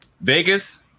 Vegas